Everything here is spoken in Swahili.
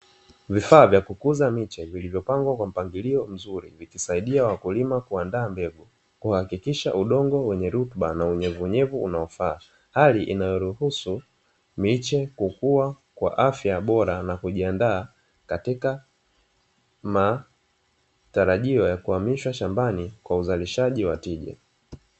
Vifaa vya kukuza miche, vilivyopangwa kwa mpangilio mzuri vikisaidia wakulima kuandaa mbegu, kuhakikisha udongo wenye rutuba, unyevunyevu unaofaa, hali inayorihusu miche kukua kwa afya bora, na kujiandaa katika matarajio ya kuhamishwa shambani kwa uzalishaji wa tija.